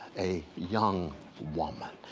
a young woman.